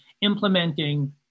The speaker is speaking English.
implementing